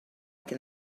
can